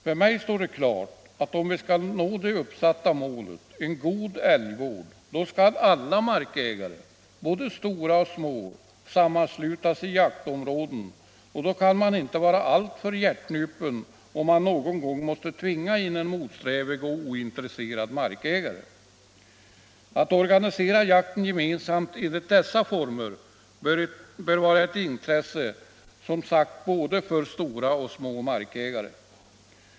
För mig står det klart att om vi skall nå det uppsatta målet - en god älgvård — då skall alla markägare, både stora och små, sammanslutas i jaktområden, och då kan man inte vara alltför hjärtnupen, om man någon gång måste tvinga in en motsträvig och ointresserad markägare. Att organisera jakten gemensamt enligt dessa former bör vara ett intresse för både stora och små markägare.